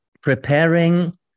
preparing